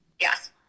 Yes